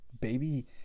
baby